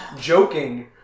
joking